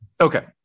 Okay